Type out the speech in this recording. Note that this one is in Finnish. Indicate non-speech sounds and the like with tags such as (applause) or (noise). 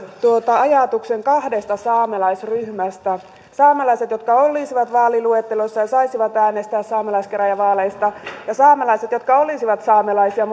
ajatuksen kahdesta saamelaisryhmästä saamelaiset jotka olisivat vaaliluettelossa ja saisivat äänestää saamelaiskäräjävaaleissa ja saamelaiset jotka olisivat saamelaisia (unintelligible)